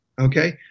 okay